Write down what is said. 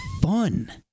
fun